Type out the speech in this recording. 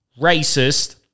racist